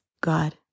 God